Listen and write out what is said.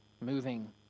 moving